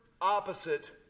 opposite